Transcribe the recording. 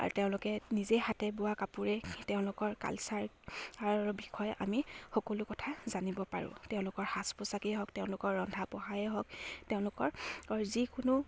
আৰু তেওঁলোকে নিজে হাতে বোৱা কাপোৰে তেওঁলোকৰ কালচাৰৰ বিষয়ে আমি সকলো কথা জানিব পাৰোঁ তেওঁলোকৰ সাজ পোছাকেই হওক তেওঁলোকৰ ৰন্ধা বঢ়ায়েই হওক তেওঁলোকৰ যিকোনো